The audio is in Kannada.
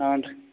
ಹಾಂ ರೀ